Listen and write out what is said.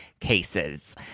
cases